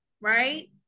right